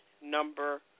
number